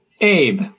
Abe